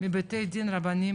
מבתי דין רבניים,